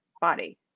body